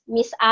Miss